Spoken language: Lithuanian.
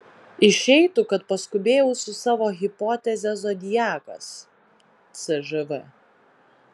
išeitų kad paskubėjau su savo hipoteze zodiakas cžv